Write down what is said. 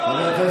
טובה.